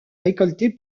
récolté